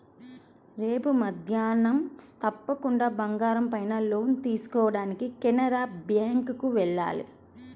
రేపు మద్దేన్నం తప్పకుండా బంగారం పైన లోన్ తీసుకోడానికి కెనరా బ్యేంకుకి వెళ్ళాలి